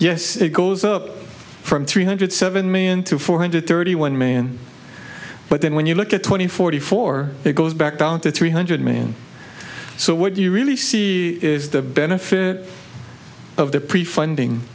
yes it goes up from three hundred seven million to four hundred thirty one million but then when you look at twenty forty four it goes back down to three hundred million so what you really see is the benefit of the prefunding